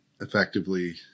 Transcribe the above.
effectively